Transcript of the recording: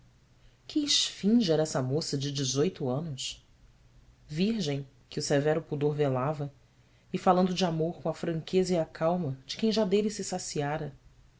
que esfinge era essa moça de dezoito anos virgem que o severo pudor velava e falando de amor com a franqueza e a calma de quem já dele se saciara